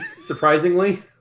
surprisingly